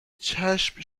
چشم